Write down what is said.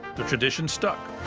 the tradition stuck.